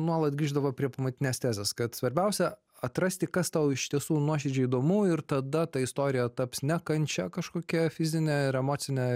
nuolat grįždavo prie pamatinės tezės kad svarbiausia atrasti kas tau iš tiesų nuoširdžiai įdomu ir tada ta istorija taps ne kančia kažkokia fizinė ir emocinė